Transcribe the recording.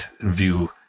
view